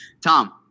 Tom